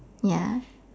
ya